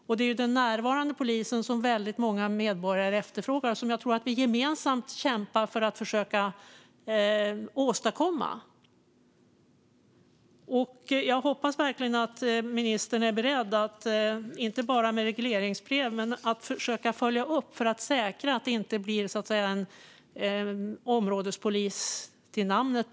Och det är ju den närvarande polisen som väldigt många medborgare efterfrågar och som jag tror att vi gemensamt kämpar för att försöka åstadkomma. Jag hoppas verkligen att ministern är beredd att försöka följa upp detta, och inte bara ge regleringsbrev, för att säkra att det inte blir en områdespolis bara till namnet.